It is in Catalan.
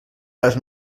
les